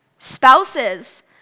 Spouses